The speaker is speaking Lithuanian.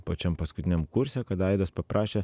pačiam paskutiniam kurse kad aidas paprašė